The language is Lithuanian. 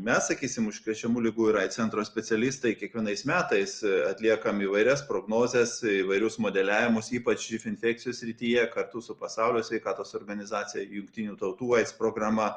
mes sakysim užkrečiamų ligų ir aids centro specialistai kiekvienais metais atliekam įvairias prognozes įvairius modeliavimus ypač živ infekcijos srityje kartu su pasaulio sveikatos organizacija jungtinių tautų aids programa